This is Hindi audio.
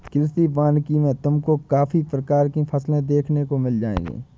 कृषि वानिकी में तुमको काफी प्रकार की फसलें देखने को मिल जाएंगी